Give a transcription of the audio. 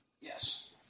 Yes